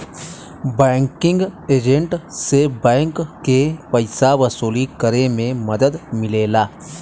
banking agent से bank के पइसा वसूली करे में मदद मिलेला